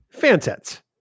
Fansets